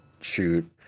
shoot